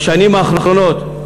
בשנים האחרונות,